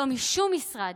לא משום משרד.